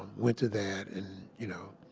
went to that. and, you know.